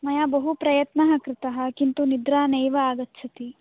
मया बहु प्रयत्नः कृतः किन्तु निद्रा नैव आगच्छति